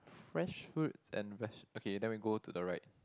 fresh fruits and veg okay then we go to the right